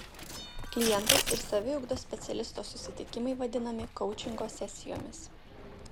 klientas ir saviugdos specialisto susitikimai vadinami koučingo sesijomis